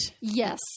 yes